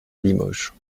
limoges